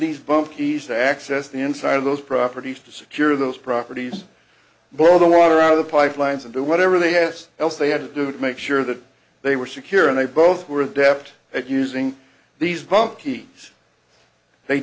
these bump keys to access the inside of those properties to secure those properties boil the water out of the pipelines and do whatever they asked else they had to do to make sure that they were secure and they both were adept at using these